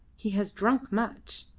he has drunk much.